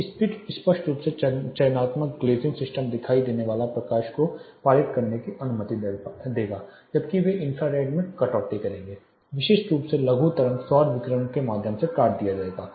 ये स्पष्ट रूप से चयनात्मक ग्लेज़िंग सिस्टम दिखाई देने वाले प्रकाश को पारित करने की अनुमति देगा जबकि वे इंफ्रारेड में कटौती करेंगे विशेष रूप से लघु तरंग सौर विकिरण के माध्यम से काट दिया जाएगा